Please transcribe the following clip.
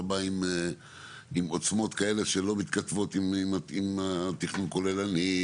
בא עם עוצמות כאלה שלא מתכתבות עם התכנון הכוללני,